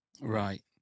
Right